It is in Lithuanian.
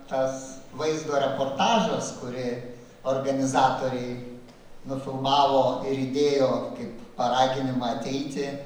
tas vaizdo reportažas kurį organizatoriai nufilmavo ir įdėjo kaip paraginimą ateiti